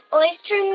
oyster